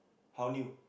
how new